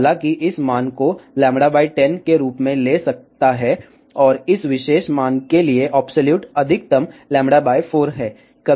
हालांकि कोई इस मान को λ 10 के रूप में ले सकता है और इस विशेष मान के लिए अब्सोल्यूट अधिकतम λ 4 है